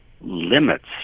limits